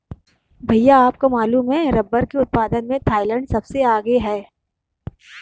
भैया आपको मालूम है रब्बर के उत्पादन में थाईलैंड सबसे आगे हैं